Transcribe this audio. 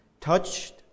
touched